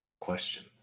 question